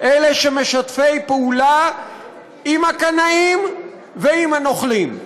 אלה שמשתפים פעולה עם הקנאים ועם הנוכלים.